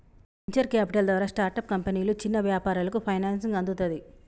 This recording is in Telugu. వెంచర్ క్యాపిటల్ ద్వారా స్టార్టప్ కంపెనీలు, చిన్న వ్యాపారాలకు ఫైనాన్సింగ్ అందుతది